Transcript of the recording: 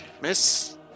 Miss